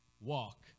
walk